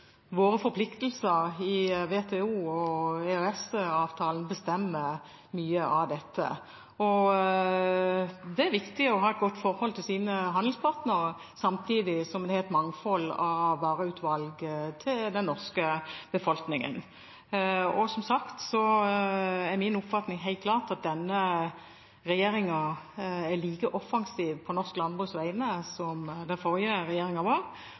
våre forpliktelser i WTO og EØS-avtalen bestemmer mye av dette. Det er viktig å ha et godt forhold til sine handelspartnere, samtidig som en har et mangfold av vareutvalg til den norske befolkningen. Som sagt er min oppfatning helt klart at denne regjeringen er like offensiv på norsk landbruks vegne som den forrige regjeringen var,